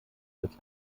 als